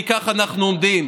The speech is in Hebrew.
כי כך אנחנו עומדים.